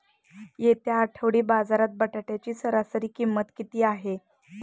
येत्या आठवडी बाजारात बटाट्याची सरासरी किंमत किती आहे?